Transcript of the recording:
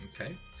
Okay